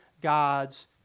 God's